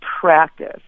practice